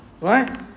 Right